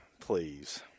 Please